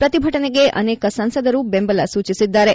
ಪ್ರತಿಭಟನೆಗೆ ಅನೇಕ ಸಂಸದರು ಬೆಂಬಲ ಸೂಚಿಸಿದ್ದಾರೆ